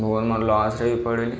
ବହୁତ ମୁଁ ଲସ୍ରେ ବି ପଡ଼ିଲି